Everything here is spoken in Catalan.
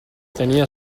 tenia